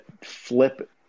flip